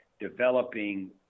developing